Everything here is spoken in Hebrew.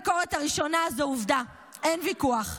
לגבי הביקורת הראשונה, זו עובדה, אין ויכוח,